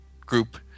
group